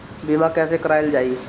बीमा कैसे कराएल जाइ?